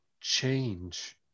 change